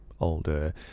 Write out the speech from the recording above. older